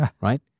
right